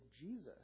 Jesus